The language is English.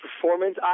performance